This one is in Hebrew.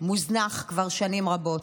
מוזנח כבר שנים רבות.